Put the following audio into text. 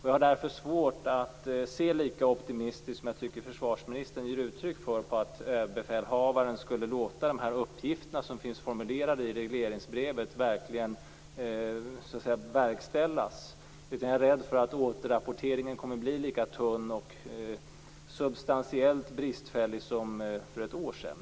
Jag har därför svårt att se lika optimistiskt som försvarsministern gör på att överbefälhavaren skulle låta de uppgifter som finns formulerade i regleringsbrevet verkställas. Jag är rädd för att återrapporteringen kommer att lika bli tunn och substantiellt bristfällig som för ett år sedan.